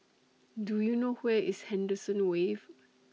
Do YOU know Where IS Henderson Wave